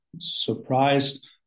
surprised